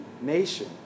nation